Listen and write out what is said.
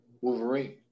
Wolverine